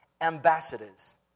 ambassadors